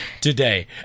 Today